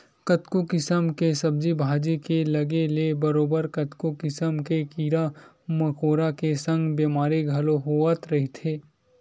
कतको किसम के सब्जी भाजी के लगे ले बरोबर कतको किसम के कीरा मकोरा के संग बेमारी घलो होवत रहिथे